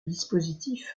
dispositif